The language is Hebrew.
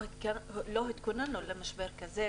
לא התכוננו למשבר כזה,